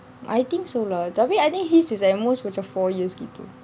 I think so lah tapi I think his is at most four years gitu